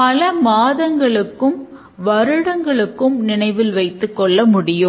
பல மாதங்களுக்கும் வருடங்களுக்கும் நினைவில் வைத்துக் கொள்ள முடியும்